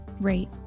rate